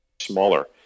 smaller